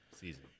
season